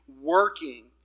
working